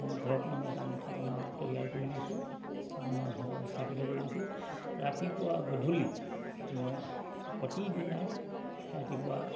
মই ঘৰত মানে এটা মঠাপনা তৈয়াৰ কৰি লৈছোঁ স্থাপনা স্থাপিত কৰি লৈছোঁ ৰাতিপুৱা গধূলি মই প্ৰতিদিনাই ৰাতিপুৱা